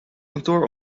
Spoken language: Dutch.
kantoor